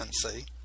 see